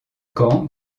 caen